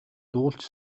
дуулж